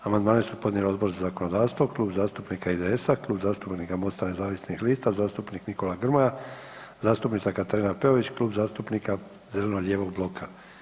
Amandmane su podnijeli Odbor za zakonodavstvo, Klub zastupnika IDS-a, Klub zastupnika Mosta nezavisnih lista, zastupnik Nikola Grmoja, zastupnica Katarina Peović, Klub zastupnika zeleno-lijevog bloka.